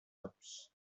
ups